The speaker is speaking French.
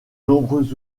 nombreux